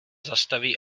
zastaví